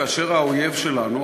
כאשר האויב שלנו,